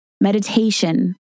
meditation